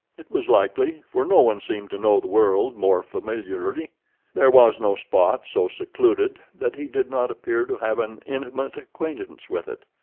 it was likely, for no one seemed to know the world more familiarly there was no spot so secluded that he did not appear to have an intimate acquaintance with it.